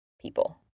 people